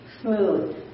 smooth